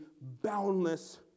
boundless